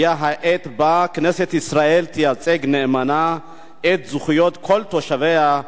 הגיעה העת שבה כנסת ישראל תייצג נאמנה את זכויות כל תושביה,